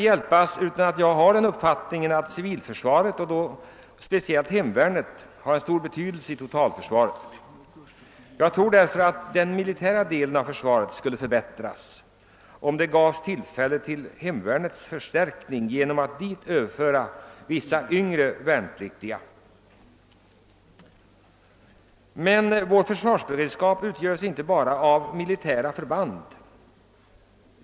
Jag har den uppfattningen att civilförsvaret, och speciellt då hemvärnet, har stor betydelse för totalförsvaret. Därför tror jag att den militära delen av försvaret skulle förbättras, om det gåves ett tillfälle till hemvärnets förstärkning genom att man dit överförde vissa yngre värnpliktiga. Men försvarsberedskap utgörs inte bara av militära förband.